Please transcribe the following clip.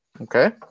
okay